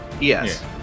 yes